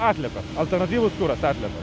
atliekos alternatyvus kuras atliekos